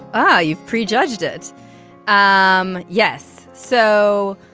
oh, you've prejudged it um yes. so